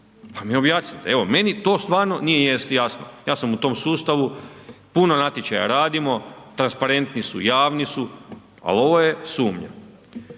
Pa mi objasnite, evo meni to stvarno nije jasno. Ja sam u tom sustavu, puno natječaja radimo, transparentni su, javni su, ali ovo je sumnja.